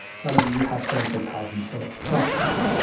suddenly you have tens of thousands of proxies.